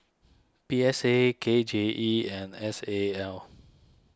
P S A K J E and S A L